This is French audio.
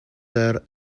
heures